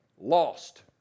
Lost